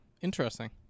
Interesting